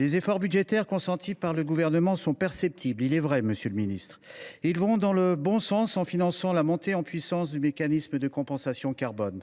Les efforts budgétaires consentis par le Gouvernement sont perceptibles. Ils vont dans le bon sens en finançant la montée en puissance du mécanisme de compensation carbone.